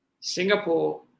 Singapore